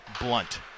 blunt